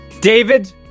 David